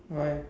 why